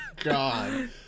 God